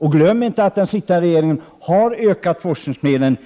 Man får inte glömma att den sittande regeringen i rätt väsentlig grad har ökat forskningsmedlen.